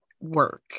work